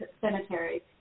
Cemetery